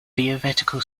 theoretical